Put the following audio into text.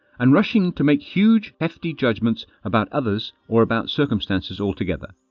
and rushing to make huge hefty judgments about others or about circumstances altogether.